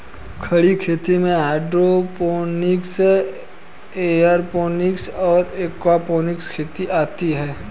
खड़ी खेती में हाइड्रोपोनिक्स, एयरोपोनिक्स और एक्वापोनिक्स खेती आती हैं